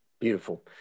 Beautiful